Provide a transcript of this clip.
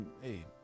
hey